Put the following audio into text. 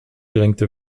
drängte